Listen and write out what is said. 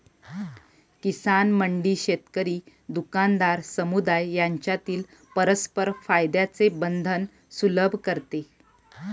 किसान मंडी शेतकरी, दुकानदार, समुदाय यांच्यातील परस्पर फायद्याचे बंधन सुलभ करते